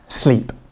Sleep